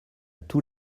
tous